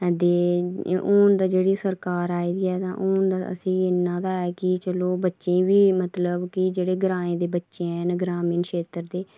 ते हून ते जेह्ड़ी सरकार आई दी ऐ हून असेंगी इन्ना ता ऐ कि चलो बच्चें गी मतलब जेह्ड़े ग्राएं दे बच्चे हैन ग्रामीण क्षेत्र दे